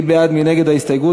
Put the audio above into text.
מי בעד ומי נגד ההסתייגות?